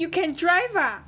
you can drive ah